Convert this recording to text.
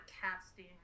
casting